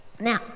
Now